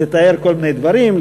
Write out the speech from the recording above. לתאר כל מיני דברים,